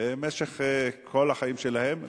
במשך כל החיים שלהם,